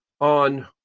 on